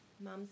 mum